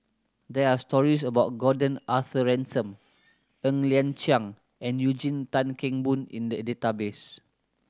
there are stories about Gordon Arthur Ransome Ng Liang Chiang and Eugene Tan Kheng Boon in the database